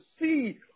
see